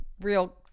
real